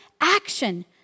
action